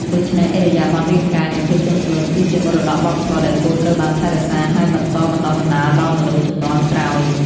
ដូច្នេះ ឥរិយាបថរាងកាយ និងភាពទន់ភ្លន់គឺជាមរតកវប្បធម៌ដែលគួរត្រូវបានថែរក្សា ហើយបន្តបណ្ដុះបណ្ដាលដល់មនុស្សជំនាន់ក្រោយ។